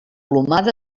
plomada